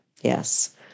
Yes